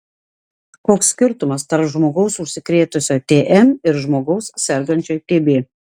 koks skirtumas tarp žmogaus užsikrėtusio tm ir žmogaus sergančio tb